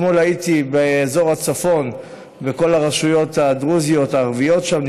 אתמול הייתי באזור הצפון בכל הרשויות הדרוזיות והערביות שם,